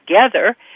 together